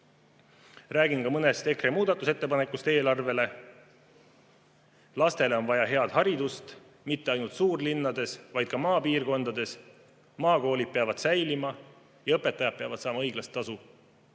ka mõnest EKRE muudatusettepanekust eelarve kohta. Lastele on vaja head haridust, ja mitte ainult suurlinnades, vaid ka maapiirkondades. Maakoolid peavad säilima ja õpetajad peavad saama õiglast tasu.